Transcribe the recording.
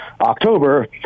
October